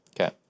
Okay